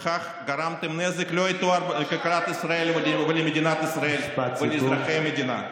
ובכך גרמתם נזק לא יתואר לכלכלת ישראל ולמדינת ישראל ולאזרחי המדינה.